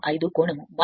5 కోణం 7